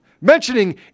mentioning